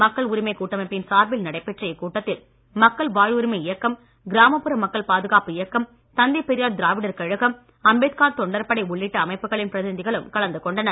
மக்கள் உரிமைக் கூட்டமைப்பின் சார்பில் நடைபெற்ற இக்கூட்டத்தில் மக்கள் வாழ்வுரிமை இயக்கம் கிராமப்புற மக்கள் பாதுகாப்பு இயக்கம் தந்தை பெரியார் திராவிடர் கழகம் அம்பேத்கார் தொண்டர் படை உள்ளிட்ட அமைப்புகளின் பிரதிநிதிகளும் கலந்து கொண்டனர்